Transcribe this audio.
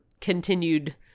continued